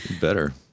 Better